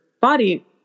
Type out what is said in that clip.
body